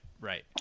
Right